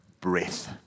breath